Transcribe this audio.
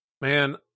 Man